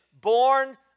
born